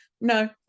no